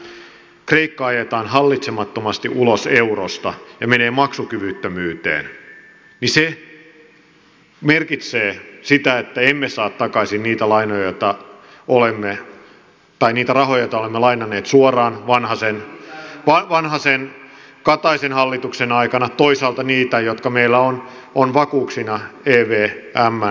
nimittäin jos kreikka ajetaan hallitsemattomasti ulos eurosta ja se menee maksukyvyttömyyteen niin se merkitsee sitä että emme saa takaisin niitä rahoja joita olemme lainanneet suoraan vanhasenkataisen hallituksen aikana toisaalta niitä jotka meillä on vakuuksina evmn kautta